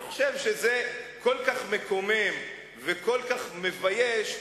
אני חושב שזה כל כך מקומם וכל כך מבייש,